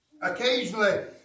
occasionally